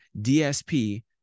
DSP